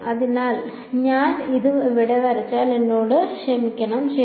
അതിനാൽ ഞാൻ ഇത് ഇവിടെ വരച്ചാൽ എന്നോട് ക്ഷമിക്കണം ശരി